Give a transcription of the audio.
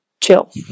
chill